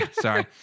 Sorry